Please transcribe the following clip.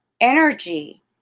energy